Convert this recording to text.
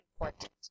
important